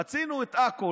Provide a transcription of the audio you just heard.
רצינו את עכו.